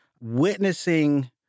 witnessing